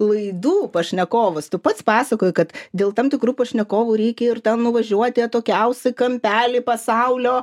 laidų pašnekovus tu pats pasakojai kad dėl tam tikrų pašnekovų reikia ir ten nuvažiuoti atokiausią kampelį pasaulio